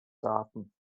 daten